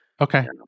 Okay